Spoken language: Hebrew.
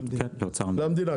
לאוצר המדינה.